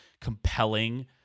compelling